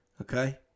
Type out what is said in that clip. Okay